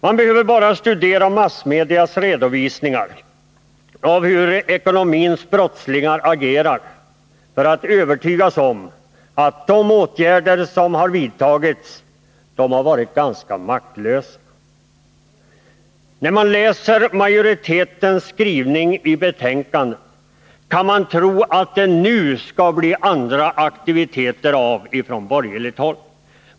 Man behöver bara studera massmedias redovisning av hur ekonomins brottslingar agerar för att övertygas om att de åtgärder som vidtagits har varit ganska fruktlösa. När man läser majoritetens skrivning i betänkandet kan man tro att det nu skall bli andra aktiviteter av från borgerligt håll.